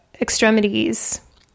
extremities